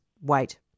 wait